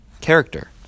character